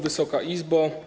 Wysoka Izbo!